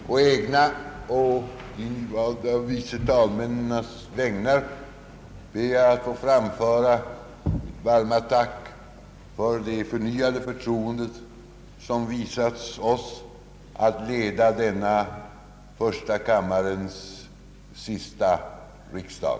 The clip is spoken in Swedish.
På egna och vice talmännens vägnar ber jag att få framföra ett varmt tack för det förtroende som visats oss att leda denna första kammarens sista riksdag.